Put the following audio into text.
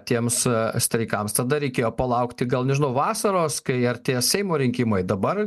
tiems streikams tada reikėjo palaukti gal nežinau vasaros kai artės seimo rinkimai dabar